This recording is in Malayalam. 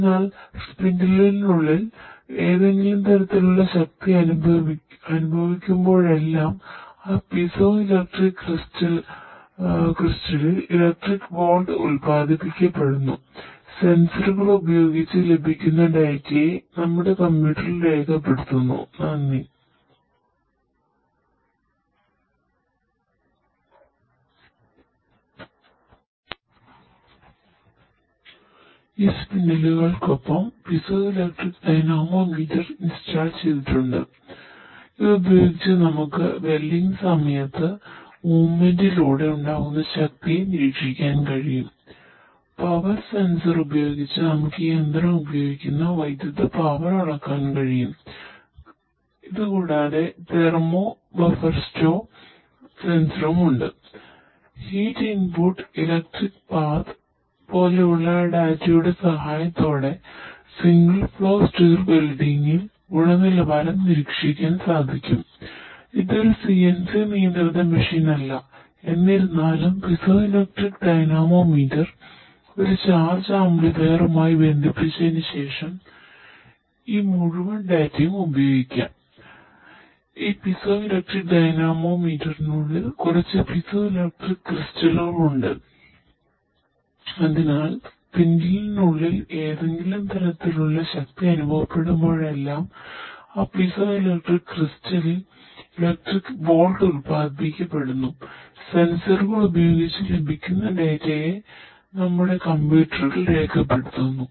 അതിനാൽ സ്പിൻഡിലിനുള്ളിൽ രേഖപ്പെടുത്തുന്നു